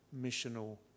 missional